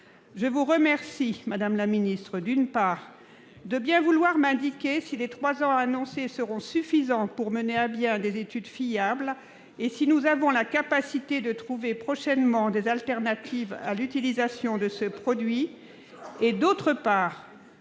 Je vous remercie, madame la ministre, de bien vouloir m'indiquer si les trois ans annoncés seront suffisants pour mener à bien des études fiables et si nous avons la capacité de trouver prochainement des alternatives à l'utilisation de ce produit. En outre,